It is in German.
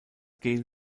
gel